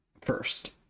first